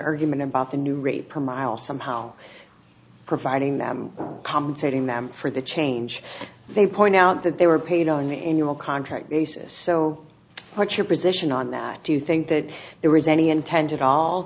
argument about the new rate per mile somehow providing them compensating them for the change they point out that they were paid on the annual contract basis so what's your position on that do you think that there was any intention all